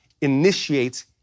initiates